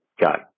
got